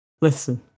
Listen